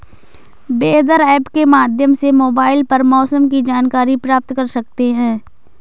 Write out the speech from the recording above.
weather app के माध्यम से मोबाइल पर मौसम की जानकारी प्राप्त कर सकते हैं